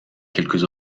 quelques